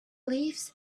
lives